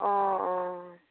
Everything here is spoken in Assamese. অঁ অঁ